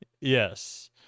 Yes